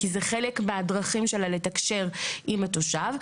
כי זה חלק מהדרכים שלה לתקשר עם התושב,